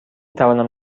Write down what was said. توانم